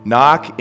Knock